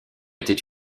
était